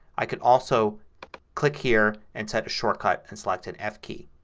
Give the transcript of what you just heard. i can also click here and set a shortcut and select an f key.